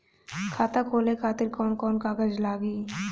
खाता खोले खातिर कौन कौन कागज लागी?